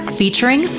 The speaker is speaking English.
featuring